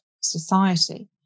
society